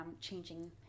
changing